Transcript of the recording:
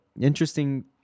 interesting